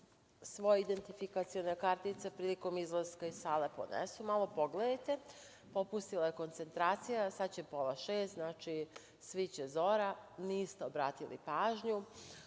svoje identifikacione kartice prilikom izlaska iz sale ponesu, malo pogledajte. Fokusirajte se, popustila je koncentracija sad će pola šest, znači sviće zora, niste obratili pažnju.